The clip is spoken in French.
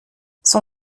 son